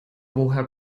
woher